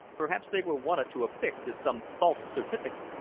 perhaps they were wanted to affix to some false certificate.